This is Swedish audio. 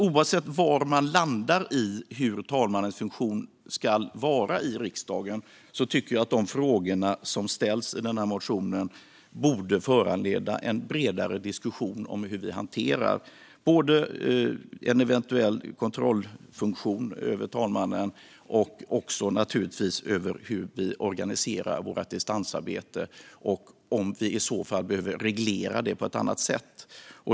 Oavsett var man landar i hur talmannens funktion ska vara i riksdagen borde de frågor som ställs i motionen föranleda en bredare diskussion om hur vi hanterar en eventuell kontrollfunktion av talmannen, om hur vi organiserar vårt distansarbete och om vi i så fall behöver reglera det på ett annat sätt.